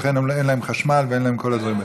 ולכן אין להן חשמל וכל הדברים האלה.